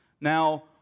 Now